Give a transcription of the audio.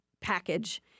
package